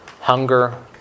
hunger